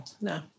No